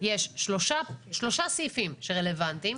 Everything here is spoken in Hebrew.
יש שלושה סעיפים שרלוונטיים.